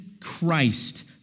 Christ